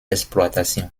exploitation